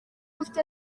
mfite